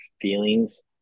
feelings